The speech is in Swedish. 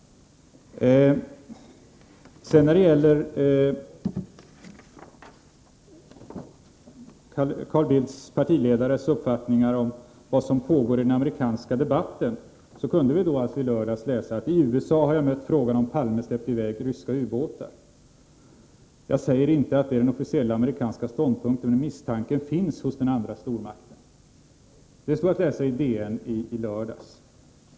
När det gäller frågan om Carl Bildts partiledares uppfattningar om vad som pågår i den amerikanska debatten kan jag citera det som stod att läsa i DN i lördags: ”I USA har jag mött frågan om Palme släppt iväg ryska ubåtar. Jag säger inte att det är den officiella amerikanska ståndpunkten men misstanken finns hos den andra stormakten.” Detta stod alltså att läsa i DN i lördags.